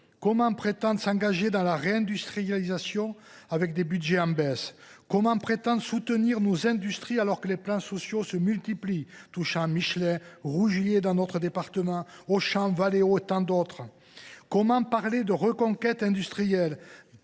Comment prétendre s’engager dans la réindustrialisation avec des budgets en baisse ? Comment prétendre soutenir nos industries alors que les plans sociaux se multiplient, touchant Michelin, Rougié dans notre département, Auchan, Valeo et tant d’autres ? Comment parler de reconquête industrielle